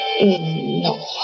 No